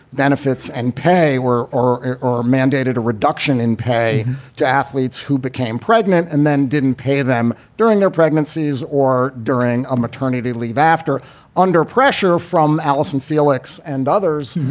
benefits and pay were or or mandated a reduction in pay to athletes who became pregnant and then didn't pay them during their pregnancies or during a maternity leave after under pressure from alison, felix and others.